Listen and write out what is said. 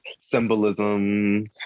symbolism